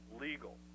legal